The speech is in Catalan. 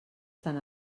tan